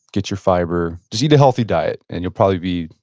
get your fiber. just eat a healthy diet, and you'll probably be,